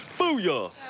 boo-yeah!